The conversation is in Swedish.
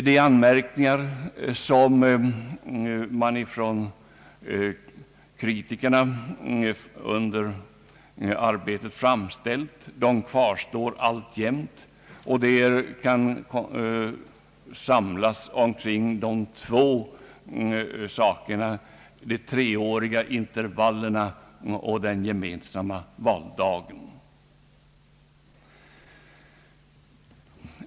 De anmärkningar som kritikerna under arbetet framställt kvarstår alltjämt och kan samlas kring två frågor: de treåriga intervallerna och den gemensamma valdagen.